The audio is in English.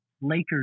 Lakers